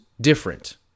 different